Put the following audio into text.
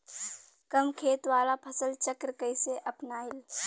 कम खेत वाला फसल चक्र कइसे अपनाइल?